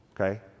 okay